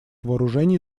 вооружений